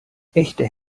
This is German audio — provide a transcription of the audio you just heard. echte